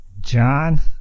John